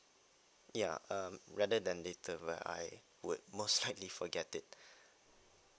ya um rather than later well I would most likely forget it